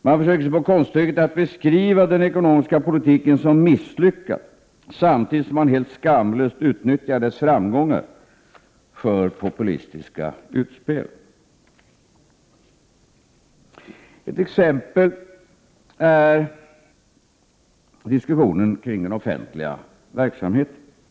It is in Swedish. Man försöker sig på konststycket att beskriva den ekonomiska politiken som misslyckad, samtidigt som man helt 66 skamlöst utnyttjar dess framgångar för populistiska utspel. Ett exempel är diskussionen kring den offentliga verksamheten. I den här — Prot.